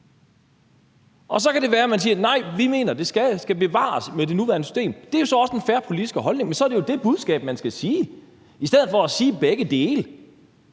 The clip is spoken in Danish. Så kan det være, at man siger: Nej, vi mener, at det skal bevares med det nuværende system. Det er jo så også en fair politisk holdning, men så er det jo det budskab, man skal sende, i stedet for at sige begge dele.